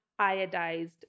iodized